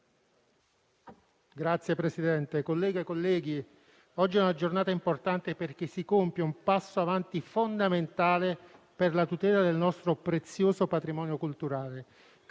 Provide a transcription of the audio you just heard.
Signor Presidente, colleghe e colleghi, oggi è una giornata importante perché si compie un passo avanti fondamentale per la tutela del nostro prezioso patrimonio culturale,